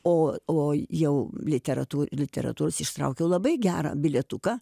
o o jau literatų literatūros ištraukiau labai gerą bilietuką